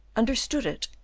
understood it,